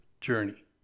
journey